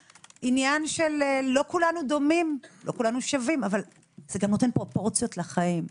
של לא כולנו דומים או שווים אבל זה נותן פרופורציות לחיים.